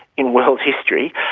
in world history.